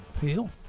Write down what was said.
Peel